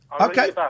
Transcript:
Okay